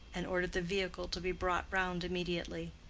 and ordered the vehicle to be brought round immediately.